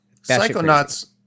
Psychonauts